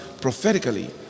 prophetically